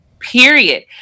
period